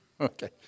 Okay